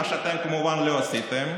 מה שאתם כמובן לא עשיתם.